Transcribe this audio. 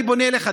אני פונה אליך,